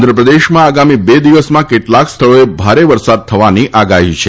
આંધ્રપ્રદેશમાં આગામી બે દિવસમાં કેટલાંક સ્થળોએ ભારે વરસાદ થવાની આગાહી છે